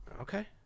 okay